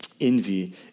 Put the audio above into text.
envy